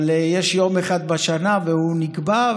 אבל יש יום אחד בשנה והוא נקבע,